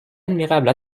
admirable